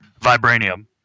Vibranium